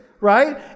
right